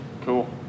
Cool